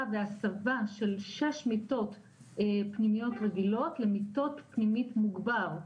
והסבה של שש מיטות פנימיות רגילות למיטות פנימית מוגבר,